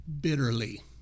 bitterly